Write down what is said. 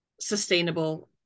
sustainable